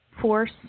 force